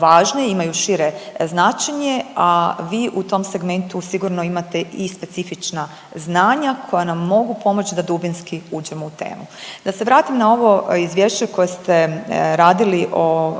važne, imaju šire značenje, a vi u tom segmentu sigurno imate i specifična znanja koja nam mogu pomoći da dubinski uđemo u temu. Da se vratim na ovo izvješće koje ste radili o